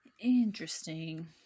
Interesting